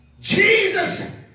Jesus